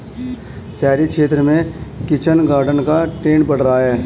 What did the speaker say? शहरी क्षेत्र में किचन गार्डन का ट्रेंड बढ़ रहा है